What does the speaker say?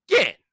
again